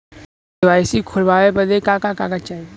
KYC खोलवावे बदे का का कागज चाही?